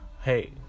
hey